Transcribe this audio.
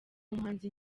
umuhanzi